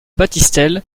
battistel